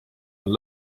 all